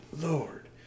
Lord